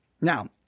Now